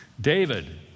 David